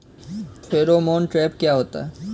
Pheromone trap क्या होता है?